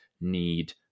need